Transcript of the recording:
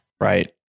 Right